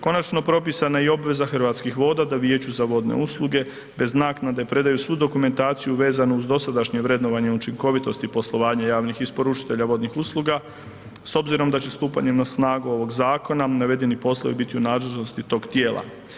Konačno propisana je i obveza Hrvatskih voda da Vijeću za vodne usluge bez naknade predaju svu dokumentaciju vezano uz dosadašnje vrednovanje učinkovitosti poslovanja javnih isporučitelja vodnih usluga s obzirom da će stupanjem na snagu ovog zakona navedeni poslovi biti u nadležnosti tog tijela.